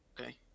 Okay